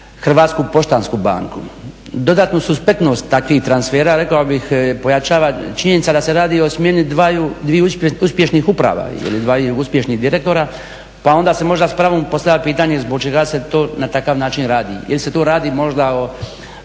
Hrvatska poštansku banku Dodatno spretnost takvih transfera rekao bih pojačava činjenica da se radi o smjeni dviju uspješnih uprava ili dvaju uspješnih direktora pa onda se možda s pravom postavlja pitanje zbog čega se to na takav način radi ili se tu radi možda o